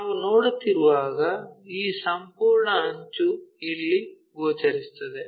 ನಾವು ನೋಡುತ್ತಿರುವಾಗ ಈ ಸಂಪೂರ್ಣ ಅಂಚು ಇಲ್ಲಿ ಗೋಚರಿಸುತ್ತದೆ